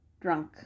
drunk